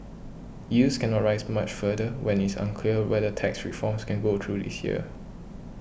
yields cannot rise much further when it is unclear whether tax reforms can go through this year